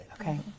Okay